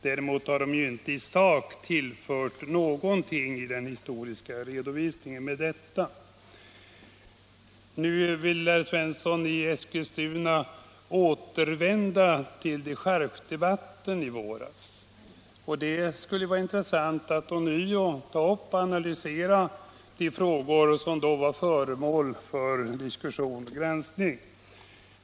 Däremot har de ju inte i sak tillfört den historiska redovisningen någonting. Herr Svensson i Eskilstuna vill vidare återvända till dechargedebatten i våras, och det skulle ju vara intressant att ånyo ta upp och analysera de frågor som då var föremål för diskussion och granskning.